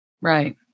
Right